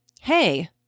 hey